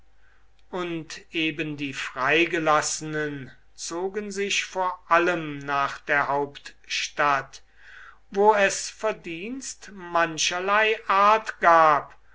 und eben die freigelassenen zogen sich vor allem nach der hauptstadt wo es verdienst mancherlei art gab